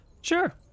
sure